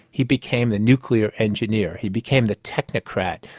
he became the nuclear engineer, he became the technocrat.